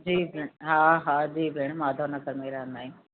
जी भेण हा हा जी भेण माधव नगर में ई रहंदा आहियूं